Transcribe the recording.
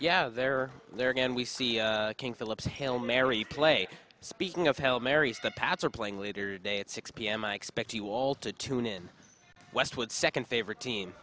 yeah they're there again we see king philip's hail mary play speaking of hell marys the pats are playing later day at six pm i expect you all to tune in westwood second favorite team